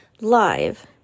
live